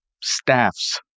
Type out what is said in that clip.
staffs